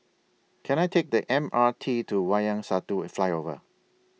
Can I Take The M R T to Wayang Satu Flyover